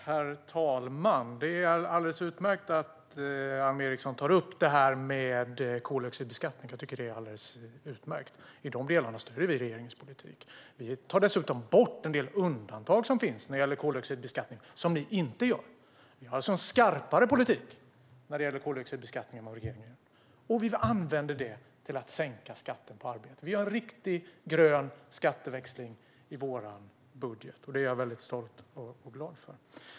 Herr talman! Det är alldeles utmärkt att Alm Ericson tar upp koldioxidbeskattningen, för i de delarna stöder vi regeringens politik. Vi tar dessutom bort en del undantag som finns när det gäller koldioxidbeskattning, vilket ni inte gör. Vi har alltså en skarpare politik när det gäller koldioxidbeskattning än vad regeringen har, och vi använder detta till att sänka skatten på arbete. Vi har riktig grön skatteväxling i vår budget, och det gör mig stolt och glad.